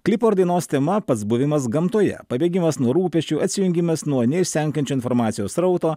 klipo ar dainos tema pats buvimas gamtoje pabėgimas nuo rūpesčių atsijungimas nuo neišsenkančio informacijos srauto